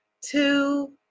two